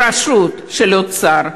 ברשות של האוצר,